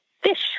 fish